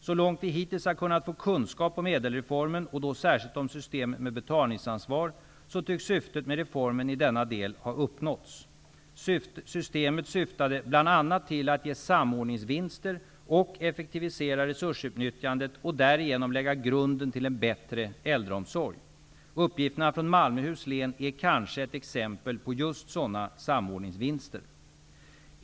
Så långt vi hittills har kunnat få kunskap om ÄDEL-reformen, och då särskilt om systemet med betalningsansvar, tycks syftet med reformen i denna del ha uppnåtts. Systemet syftade bl.a. till att ge samordningsvinster och effektivisera resursutnyttjandet och därigenom lägga grunden till en bättre äldreomsorg. Uppgifterna från Malmöhus län är kanske ett exempel på just sådana samordningsvinster.